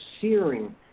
searing